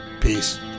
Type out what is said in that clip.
Peace